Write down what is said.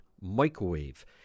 microwave